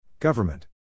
Government